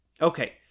Okay